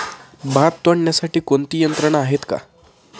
भात तोडण्यासाठी कोणती यंत्रणा आहेत का?